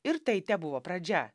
ir tai tebuvo pradžia